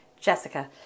Jessica